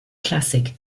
classic